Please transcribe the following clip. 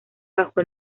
bajo